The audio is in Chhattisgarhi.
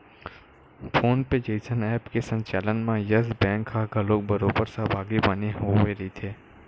फोन पे जइसन ऐप के संचालन म यस बेंक ह घलोक बरोबर सहभागी बने होय रहिथे